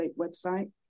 website